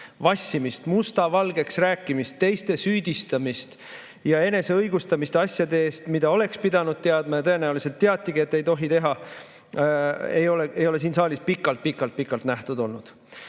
vassimist, musta valgeks rääkimist, teiste süüdistamist ja eneseõigustamist asjade puhul, mille kohta oleks pidanud teadma ja tõenäoliselt teatigi, et nii ei tohi teha, ei ole siin saalis pikalt-pikalt-pikalt nähtud.